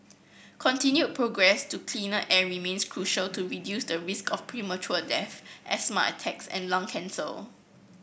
continued progress to cleaner air remains crucial to reduce the risk of premature death asthma attacks and lung cancel